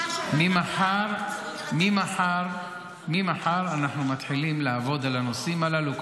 ממחר אנחנו מתחילים לעבוד על הנושאים הללו,